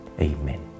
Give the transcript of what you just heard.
Amen